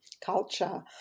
culture